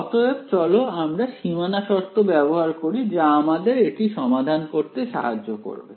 অতএব চলো আমরা সীমানা শর্ত ব্যবহার করি যা আমাদের এটি সমাধান করতে সাহায্য করবে